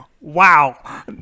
Wow